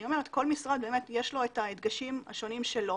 אני אומרת שלכל משרד יש את ההדגשים השונים שלו